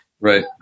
right